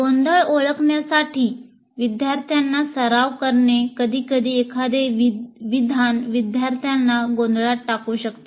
गोंधळ ओळखण्यासाठी विद्यार्थ्यांना सराव करणे कधीकधी एखादे विधान विद्यार्थ्याला गोंधळात टाकू शकते